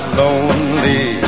lonely